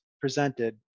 presented